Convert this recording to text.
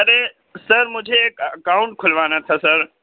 ارے sir مجھے ایک account کُھلوانا تھا سر